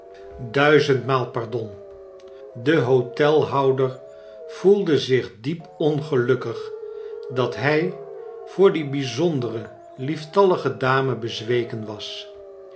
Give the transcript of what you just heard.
duizendmaal pardon de hotelhouder voelde zich diep ongelukkig dat hij voor die bijzondere lieftallige dame bezweken was